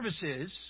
services